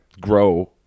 grow